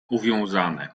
uwiązane